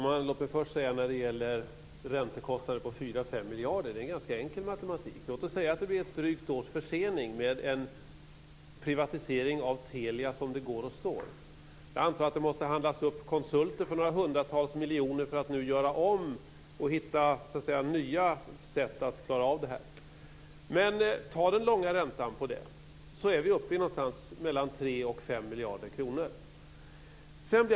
Fru talman! När det gäller räntekostnaderna på 4 5 miljarder är det en ganska enkel matematik. Låt oss säga att det blir drygt ett års försening av en privatisering av Telia som det går och står. Jag antar att konsulter måste handlas upp för några hundratals miljoner för att göra om det hela nu, och hitta nya sätt att klara av det på. Ta den långa räntan på det! Då är vi uppe i någonstans mellan 3 och 5 miljarder kronor. Fru talman!